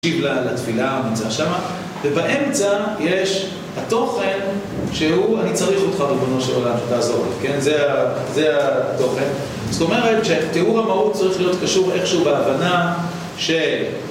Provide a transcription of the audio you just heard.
תשיב לתפילה נמצא שמה, ובאמצע יש התוכן שהוא אני צריך אותך ריבונו של עולם תעזור לי, כן זה התוכן, זאת אומרת שתיאור המהות צריך להיות קשור איכשהו בהבנה של